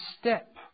step